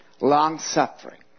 long-suffering